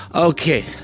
Okay